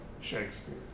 Shakespeare